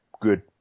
good